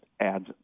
adds